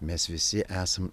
mes visi esam